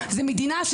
זה לא הגיוני.